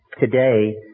today